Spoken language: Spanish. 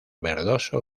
verdoso